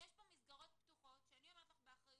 יש פה מסגרות פתוחות שאני אומרת לך באחריות,